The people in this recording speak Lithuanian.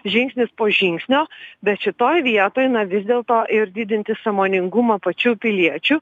žingsnis po žingsnio bet šitoj vietoj na vis dėlto ir didinti sąmoningumą pačių piliečių